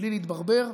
בלי להתברבר.